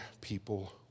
people